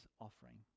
offering